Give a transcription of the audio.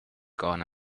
gone